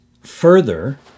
further